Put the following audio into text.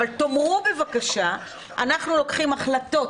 אבל תאמרו בבקשה 'אנחנו לוקחים החלטות,